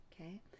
Okay